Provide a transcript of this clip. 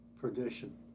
perdition